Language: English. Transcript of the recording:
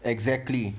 exactly